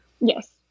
Yes